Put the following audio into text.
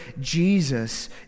Jesus